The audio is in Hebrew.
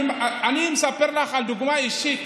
אני מספר לך על דוגמה אישית.